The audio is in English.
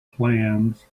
plans